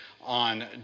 on